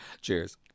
Cheers